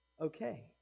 okay